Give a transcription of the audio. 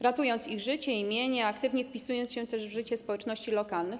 Ratując ich życie i mienie, aktywnie wpisują się też w życie społeczności lokalnych.